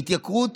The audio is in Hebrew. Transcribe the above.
ההתייקרות